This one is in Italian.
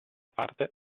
parte